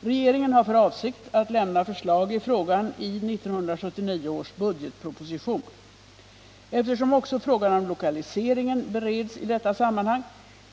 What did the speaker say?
Regeringen har för avsikt att lämna förslag i frågan i 1979 års budgetproposition. Eftersom också frågan om lokaliseringen bereds i detta sammanhang,